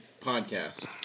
podcast